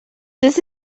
this